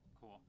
cool